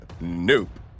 Nope